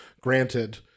granted